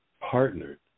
partnered